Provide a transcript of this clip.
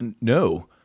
no